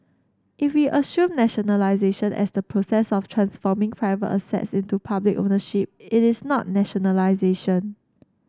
if we assume nationalisation as the process of transforming private assets into public ownership it is not nationalisation